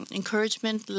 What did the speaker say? encouragement